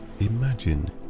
imagine